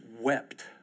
wept